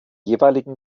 jeweiligen